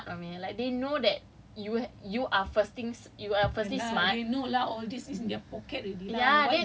cause he purposely like professors are smart mummy like they know that you you are first thing you are firstly smart